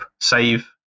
save